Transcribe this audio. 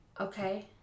Okay